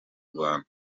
rwanda